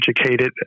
educated